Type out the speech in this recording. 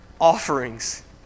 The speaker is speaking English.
offerings